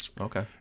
okay